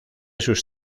sus